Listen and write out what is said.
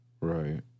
Right